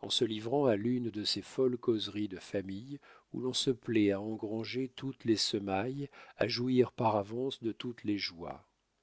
en se livrant à l'une de ces folles causeries de famille où l'on se plaît à engranger toutes les semailles à jouir par avance de toutes les joies